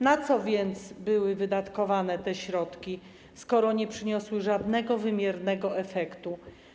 Na co więc były wydatkowane te środki, skoro nie przyniosły żadnego wymiernego efektu?